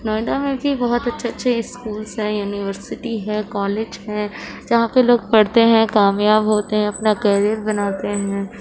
نوئیڈا میں بھی بہت اچھے اچھے اسکولس ہیں یونیورسٹی ہے کالج ہیں جہاں پہ لوگ پڑھتے ہیں کامیاب ہوتے ہیں اپنا کیریئر بناتے ہیں